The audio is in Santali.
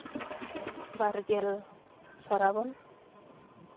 ᱵᱟᱨᱜᱮᱞ ᱥᱨᱟᱵᱚᱱ